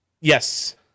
yes